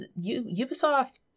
Ubisoft